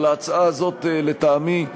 אבל ההצעה הזאת, לטעמי,